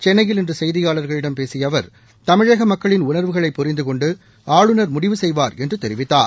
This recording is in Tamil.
சென்னையில் இன்று செய்தியாளர்களிடம் பேசிய அவர் தமிழக மக்களின் உணர்வுகளை புரிந்து கொண்டு ஆளுநர் முடிவு செய்வார் என்று தெரிவித்தார்